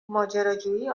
ماجراجویی